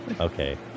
okay